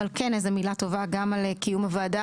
אבל כן איזו מילה טובה גם על קיום הוועדה